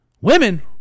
Women